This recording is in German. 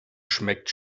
schmeckt